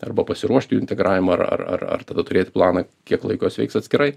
arba pasiruošt jų integravimą ar ar ar ar tada turėti planą kiek laiko jis veiks atskirai